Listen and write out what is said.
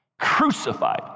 crucified